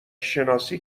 شناسی